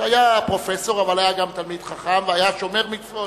שהיה פרופסור אבל היה גם תלמיד חכם והיה שומר מצוות,